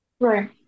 Right